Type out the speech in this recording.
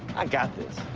i got this.